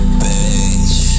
bitch